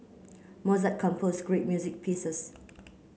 Mozart composed great music pieces